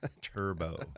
turbo